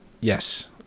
Yes